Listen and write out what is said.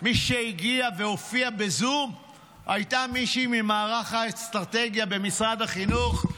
מי שהגיעה והופיעה בזום הייתה מישהי ממערך האסטרטגיה במשרד החינוך.